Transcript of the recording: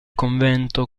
convento